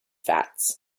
fats